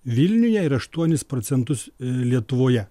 vilniuje ir aštuonis procentų lietuvoje